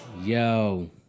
yo